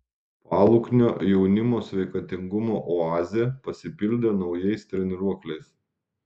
paluknio jaunimo sveikatingumo oazė pasipildė naujais treniruokliais